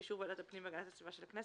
באישור ועדת הפנים והגנת הסביבה של הכנסת,